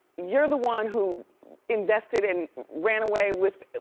you're the one who invested and ran away with